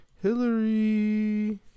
Hillary